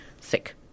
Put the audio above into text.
sick